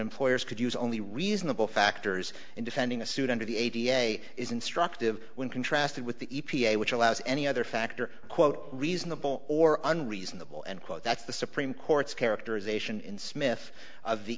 employers could use only reasonable factors in defending a suit under the a t a i is instructive when contrasted with the e p a which allows any other factor quote reasonable or unreasonable and quote that's the supreme court's characterization in smith of the